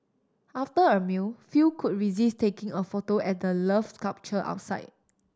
after a meal few could resist taking a photo at the Love sculpture outside